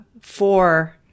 four